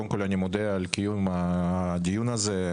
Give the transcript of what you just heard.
קודם כל אני מודה על קיום הדיון הזה,